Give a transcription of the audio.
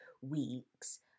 weeks